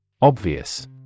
Obvious